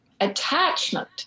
attachment